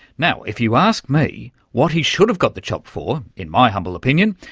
now, if you ask me, what he should have got the chop for, in my humble opinion,